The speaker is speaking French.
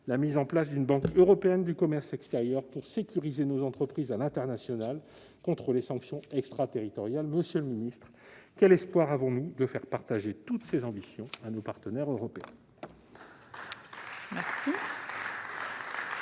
la mise en place d'une banque européenne du commerce extérieur pour sécuriser nos entreprises à l'international contre les sanctions extraterritoriales ? Monsieur le secrétaire d'État, quel espoir avons-nous de faire partager toutes ces ambitions à nos partenaires européens ?